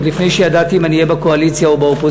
עוד לפני שידעתי אם אני אהיה בקואליציה או באופוזיציה,